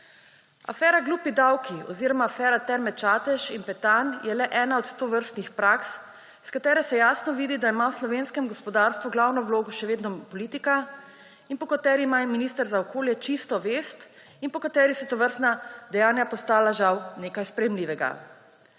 Afera »glupi davki« oziroma afera »Terme Čatež in Petan« je le ena od tovrstnih praks, iz katere se jasno vidi, da ima v slovenskem gospodarstvu glavno vlogo še vedno politika, in po kateri ima minister za okolje čisto vest in po kateri so tovrstna dejanja postala žal nekaj sprejemljivega.